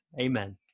Amen